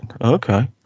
Okay